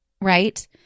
Right